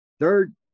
Third